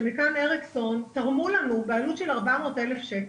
שמקאן אריקסון תרמו לנו בעלות של 400,000 שקלים.